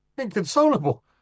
Inconsolable